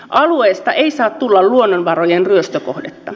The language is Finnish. alueesta ei saa tulla luonnonvarojen ryöstökohdetta